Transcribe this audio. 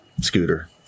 scooter